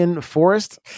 forest